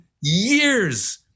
years